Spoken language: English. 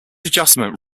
adjustment